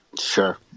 Sure